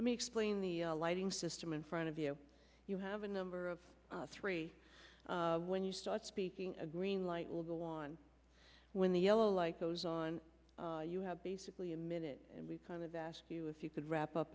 let me explain the lighting system in front of you you have a number of three when you start speaking a green light will go on when the yellow like goes on you have basically a minute and we kind of asked you if you could wrap up